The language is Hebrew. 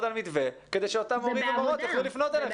על מתווה כדי שאותם מורים ומורות יוכלו לפנות אליכם.